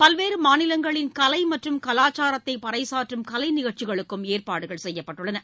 பல்வேறு மாநிலங்களின் கலை மற்றும் கலாச்சாரத்தை பறைசாற்றும் கலைநிகழ்ச்சிகளுக்கும் ஏற்பாடுகள் செய்யப்பட்டுள்ளன